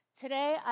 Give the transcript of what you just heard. Today